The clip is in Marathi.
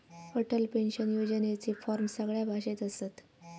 अटल पेंशन योजनेचे फॉर्म सगळ्या भाषेत असत